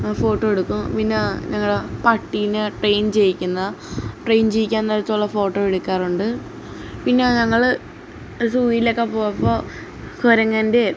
ആ ഫോട്ടോ എടുക്കും പിന്നെ ഞങ്ങളുടെ പട്ടിയിനെ ട്രെയിൻ ചെയ്യിക്കുന്ന ട്രെയിൻ ചെയ്യിക്കാൻ നേരത്തെയുള്ള ഫോട്ടോ എടുക്കാറുണ്ട് പിന്നെ ഞങ്ങൾ സൂവിലൊക്കെ പോവുമ്പോൾ കുരങ്ങൻ്റേയും